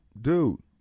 dude